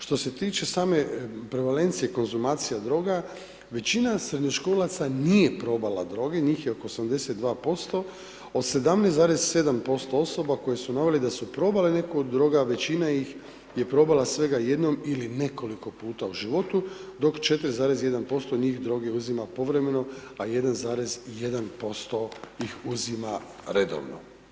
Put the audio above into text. Što se tiče same prevalencije konzumacija droga, većina srednjoškolaca nije probala droge, njih je oko 82%, od 17,7% osoba koje su naveli da su probali neku većina ih je probala svega jednom ili nekoliko puta u životu, dok 4,1% njih droge uzima povremeno, a 1,1% ih uzima redovno.